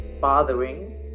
bothering